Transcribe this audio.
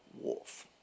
wolf